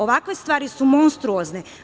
Ovakve stvari su monstruozne.